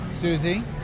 Susie